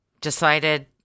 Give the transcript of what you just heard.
decided